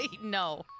No